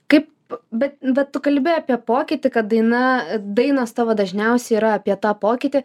kaip bet bet tu kalbi apie pokytį kad daina dainos tavo dažniausiai yra apie tą pokytį